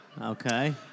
Okay